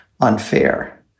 unfair